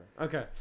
Okay